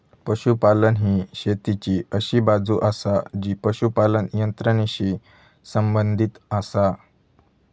पशुपालन ही शेतीची अशी बाजू आसा जी पशुपालन यंत्रणेशी संबंधित आसा